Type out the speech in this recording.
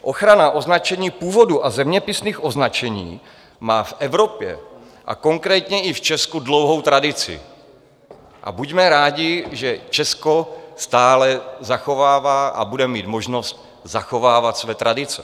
Ochrana označení původu a zeměpisných označení má v Evropě a konkrétně i v Česku dlouhou tradici a buďme rádi, že Česko stále zachovává a bude mít možnost zachovávat své tradice.